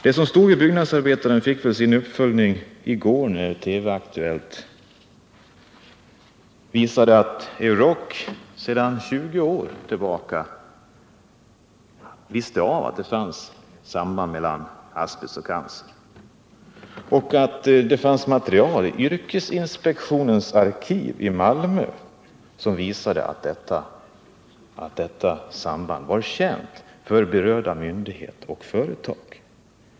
Det som stod i Byggnadsarbetaren fick sin uppföljning i går när TV:s Aktuellt visade att Euroc sedan 20 år tillbaka vetat om att det fanns samband mellan asbest och cancer och att det i yrkesinspektionens arkiv i Malmö finns material som visar att detta samband var känt för berörda myndigheter och företag.